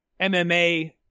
MMA